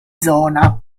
zona